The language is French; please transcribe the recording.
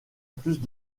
plus